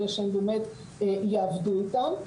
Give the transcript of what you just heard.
כדי שהם באמת יעבדו איתם.